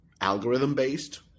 algorithm-based